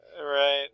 Right